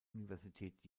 universität